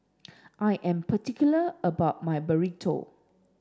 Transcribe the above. I am particular about my Burrito